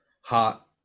Hot